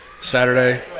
Saturday